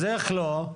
אז איך לא?